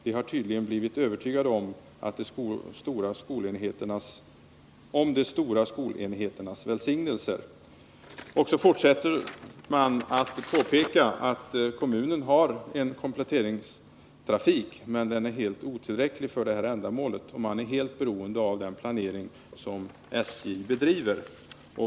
De har tydligen blivit övertygade om de stora skolenheternas välsignelser.” Det har i sammanhanget påpekats att kommunen har en kompletteringstrafik, men den är helt otillräcklig för det här ändamålet, och man är helt beroende av den planering som SJ bedriver.